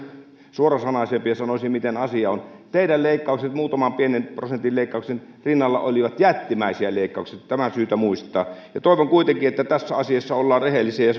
suorasanaisempi ja sanoisi miten asia on teidän leikkauksenne muutaman pienen prosentin leikkauksen rinnalla olivat jättimäisiä leikkauksia tämä on syytä muistaa toivon kuitenkin että tässä asiassa ollaan rehellisiä